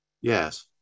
yes